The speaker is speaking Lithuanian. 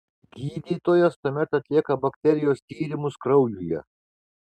gydytojas tuomet atlieka bakterijos tyrimus kraujuje